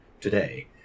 today